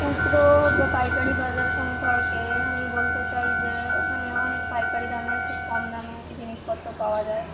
খুচরো বা পাইকারি বাজার সম্পর্কে আমি বলতে চাই যে ওখানে অনেক পাইকারি দামের খুব কম দামে জিনিসপত্র পাওয়া যায়